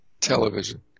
television